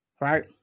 right